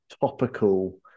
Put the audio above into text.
topical